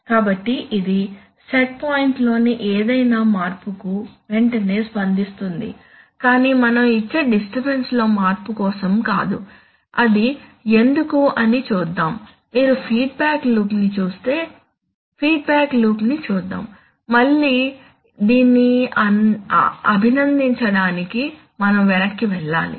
కాబట్టి ఇది సెట్ పాయింట్లోని ఏదైనా మార్పుకు వెంటనే స్పందిస్తుంది కానీ మనం ఇచ్చే డిస్టర్బన్స్ లో మార్పు కోసం కాదు అది ఎందుకు అని చూద్దాం మీరు ఫీడ్బ్యాక్ లూప్ ని చూస్తే ఫీడ్బ్యాక్ లూప్ ని చూద్దాం మళ్ళీ దీన్ని అభినందించడానికి మనం వెనక్కి వెళ్ళాలి